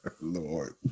Lord